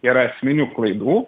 yra esminių klaidų